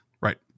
Right